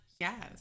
yes